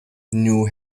new